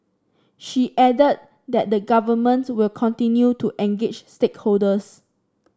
she added that the Government will continue to engage stakeholders